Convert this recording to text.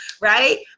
right